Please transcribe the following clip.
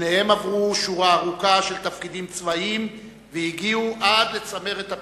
שניהם עברו שורה ארוכה של תפקידים צבאיים והגיעו עד לצמרת הפיקוד.